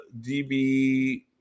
DB